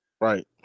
Right